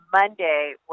Monday